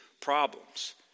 problems